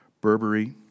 Burberry